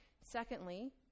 Secondly